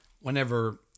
whenever